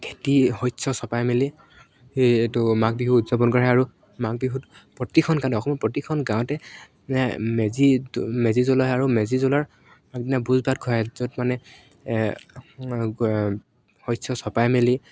খেতি শস্য চপাই মেলি সেইটো মাঘ বিহু উদযাপন কৰা হয় আৰু মাঘ বিহুত প্ৰতিখন গাঁৱত অসমখন গাঁৱতে মেজিটো মেজি জ্বলোৱা হয় আৰু মেজি জ্বলোৱাৰ দিনা ভোজ ভাত খোৱা হয় য'ত মানে শস্য চপাই মেলি